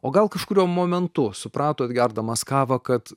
o gal kažkuriuo momentu supratot gerdamas kavą kad